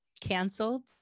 canceled